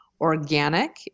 organic